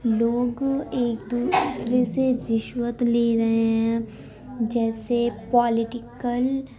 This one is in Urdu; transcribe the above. لوگ ایک دوسرے سے رشوت لے رہے ہیں جیسے پالیٹیکل